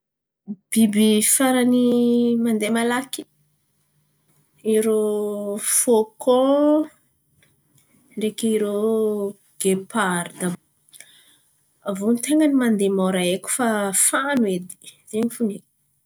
Biby faran̈y mandeha malaky irô fokon ndreky ireo gepar. Avy iô faran̈y mandeha mora haiko efa fano izay fo haiko.